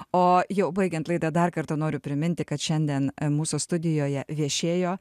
o jau baigiant laidą dar kartą noriu priminti kad šiandien mūsų studijoje viešėjo